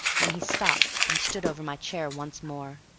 when he stopped and stood over my chair once more.